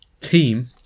team